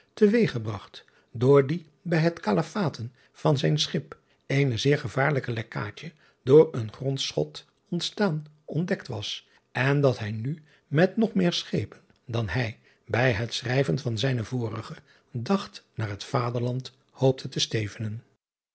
te weeggebragt doordien bij het kalefaten van zijn schip eene zeer gevaarlijke lekkaadje door een grondschot ontstaan ontdekt was en dat hij nu met nog meer schepen dan hij bij het schrijven van zijnen vorigen dacht naar het vaderland hoopte te stevenen